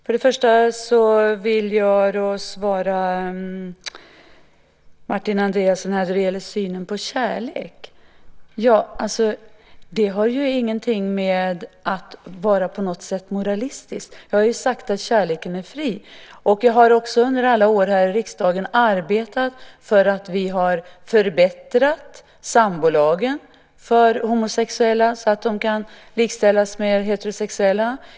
Herr talman! Först och främst vill jag svara Martin Andreasson när det gäller synen på kärlek. Det har ingenting att göra med att vara moralistisk. Jag har sagt att kärleken är fri. Jag har också under alla år här i riksdagen arbetat för att förbättra sambolagen för homosexuella, så att de kan likställas med heterosexuella.